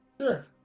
Sure